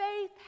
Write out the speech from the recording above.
faith